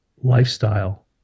lifestyle